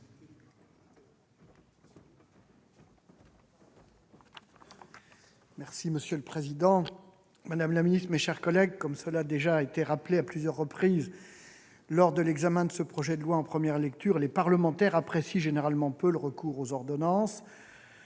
Bizet. Monsieur le président, madame la ministre, mes chers collègues, comme cela a déjà été rappelé à plusieurs reprises lors de l'examen de ce projet de loi en première lecture, les parlementaires apprécient généralement peu le recours aux ordonnances.